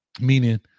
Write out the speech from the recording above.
meaning